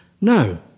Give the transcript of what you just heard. no